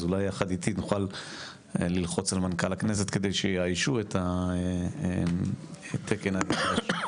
אז אולי יחד איתי נוכל ללחוץ על מנכ"ל הכנסת כדי שיאיישו את התקן בהקדם.